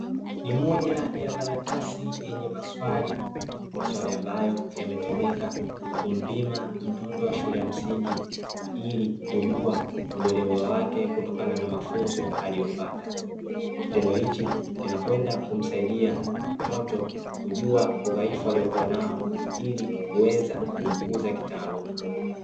Moja ya karatasi yenye maswali maswali ambayo yametumika kumpima mtoto wa shule ya msingi, ili kujua uelewa wake kutokana na mafunzo aliyopata, kitendo hichi kinakwenda kumsaidia mtoto kujua udhaifu aliokuwa nao ili kuweza kumkuza kitaaluma.